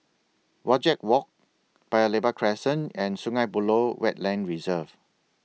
Wajek Walk Paya Lebar Crescent and Sungei Buloh Wetland Reserve